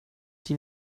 die